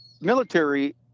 military